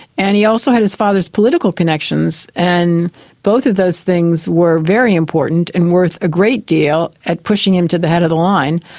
and he also had his father's political connections, and both of those things were very important and worth a great deal at pushing him to the head of the line.